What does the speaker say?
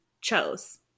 chose